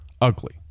ugly